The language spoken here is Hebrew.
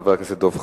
חבר הכנסת דב חנין,